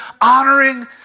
honoring